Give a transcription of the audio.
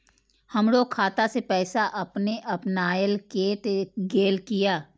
हमरो खाता से पैसा अपने अपनायल केट गेल किया?